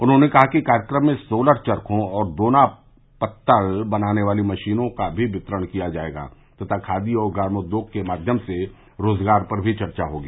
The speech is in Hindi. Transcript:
उन्होंने कहा कि कार्यक्रम में सोलर चर्खो और दोना पत्तल बनाने वाली मशीनों का मी वितरण किया जायेगा तथा खादी और ग्रामोद्योग के माध्यम से रोजगार पर चर्चा होगी